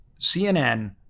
CNN